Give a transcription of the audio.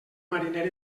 mariner